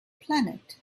planet